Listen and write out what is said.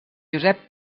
josep